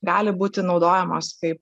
gali būti naudojamos kaip